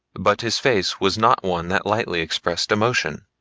but his face was not one that lightly expressed emotion.